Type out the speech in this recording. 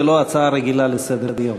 ולא הצעה רגילה לסדר-יום.